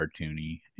cartoony